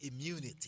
immunity